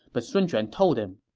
but sun quan told him,